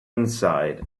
inside